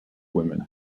women